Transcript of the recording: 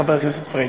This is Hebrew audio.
חבר הכנסת פריג'.